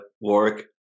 work